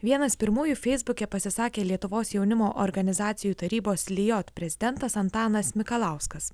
vienas pirmųjų feisbuke pasisakė lietuvos jaunimo organizacijų tarybos lijot prezidentas antanas mikalauskas